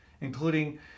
including